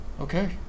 Okay